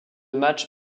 match